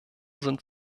sind